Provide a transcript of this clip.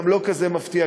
גם לא כזה מפתיע,